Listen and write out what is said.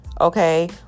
okay